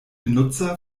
nutzer